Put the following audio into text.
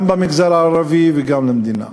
גם במגזר הערבי וגם למדינה.